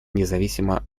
независимо